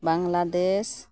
Bangladesh